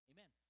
Amen